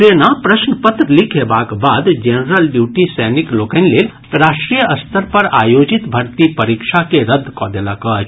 सेना प्रश्न पत्र लीक हेबाक बाद जेनरल ड्यूटी सैनिक लोकनि लेल राष्ट्रीय स्तर पर आयोजित भर्ती परीक्षा के रद्द कऽ देलक अछि